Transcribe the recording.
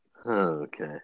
Okay